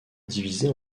divisées